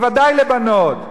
בוודאי לבנות.